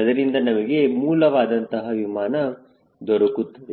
ಅದರಿಂದ ನಮಗೆ ಈ ಮೂಲವಾದಂತಹ ವಿಮಾನ ದೊರಕುತ್ತದೆ